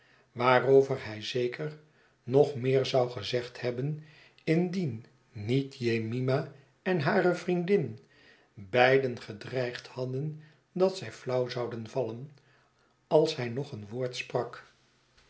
waarover hij zeker nog meer zou gezegd hebben indien niet jemima en hare vriendin beiden gedreigd hadden dat zij flauw zouden vallen als hij nog een woord sprak